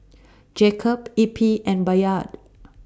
Jacob Eppie and Bayard